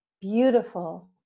beautiful